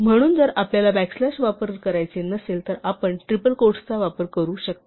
म्हणून जर आपल्याला बॅकस्लॅश वापर करायचे नसेल तर आपण ट्रिपल क्वोट्सचा वापर करू शकता